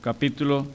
Capítulo